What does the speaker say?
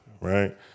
Right